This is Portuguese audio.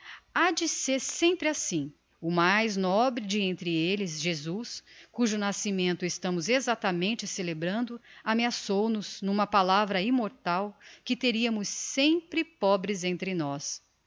ha-de ser sempre assim o mais nobre de entre elles jesus cujo nascimento estamos exactamente celebrando ameaçou nos n'uma palavra immortal que teriamos sempre pobres entre nós